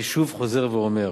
אני שוב חוזר ואומר: